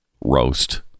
Roast